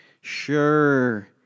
sure